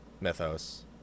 mythos